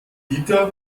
dieter